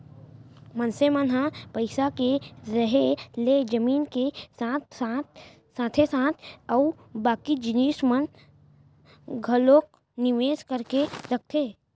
मनसे मन ह पइसा के रेहे ले जमीन के साथे साथ अउ बाकी जिनिस म घलोक निवेस करके रखथे